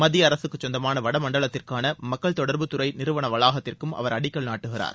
மத்திய அரசுக்கு சொந்தமான வடமண்டலத்திற்கான மக்கள் தொடர்புத்துறை நிறுவன வளாகத்திற்கும் அவர் அடிக்கல் நாட்டுகிறார்